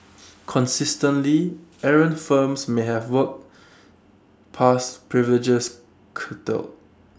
consistently errant firms may have work pass privileges curtailed